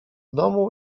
domu